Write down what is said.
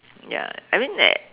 ya I mean uh